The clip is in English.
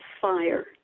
fire